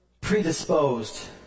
predisposed